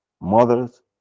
mothers